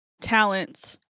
Talents